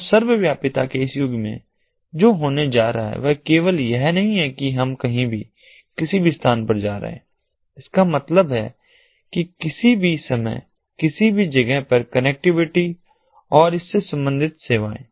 तो सर्वव्यापीता के इस युग में जो होने जा रहा है वह केवल यह नहीं है कि हम कहीं भी किसी भी स्थान पर जा रहे हैं इसका मतलब है कि किसी भी समय किसी भी जगह पर कनेक्टिविटी और इससे संबंधित सेवाएं